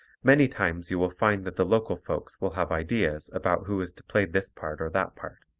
many times you will find that the local folks will have ideas about who is to play this part or that part.